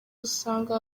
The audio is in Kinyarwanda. usanga